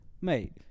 Mate